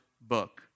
book